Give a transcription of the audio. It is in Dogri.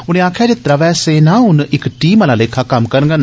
उनें आक्खेआ जे त्रवै सेनां हून इक टीम आला लेखा कम्म करगंन